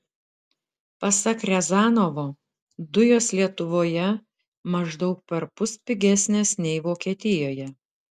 pasak riazanovo dujos lietuvoje maždaug perpus pigesnės nei vokietijoje